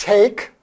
Take